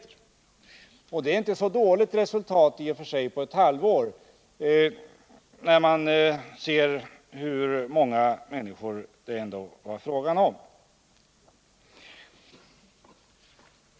I och för sig är det inte ett dåligt resultat på ett halvår, när man beaktar hur många människor det ändå var fråga om.